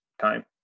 time